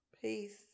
Peace